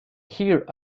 here